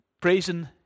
praising